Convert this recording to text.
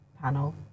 panel